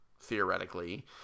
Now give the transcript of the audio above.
theoretically